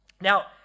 Now